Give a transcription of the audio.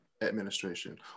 administration